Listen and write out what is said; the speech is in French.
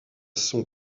son